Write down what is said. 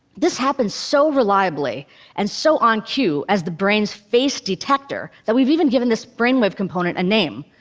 this happens so reliably and so on cue, as the brain's face detector, that we've even given this brain-wave component a name.